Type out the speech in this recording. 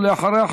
ואחריה,